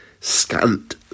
scant